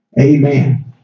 Amen